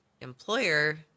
employer